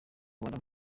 rwanda